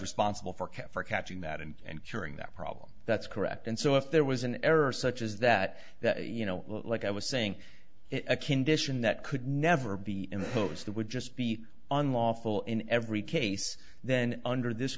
responsible for count for catching that and ensuring that problem that's correct and so if there was an error such as that you know like i was saying it a condition that could never be in the post that would just be unlawful in every case then under this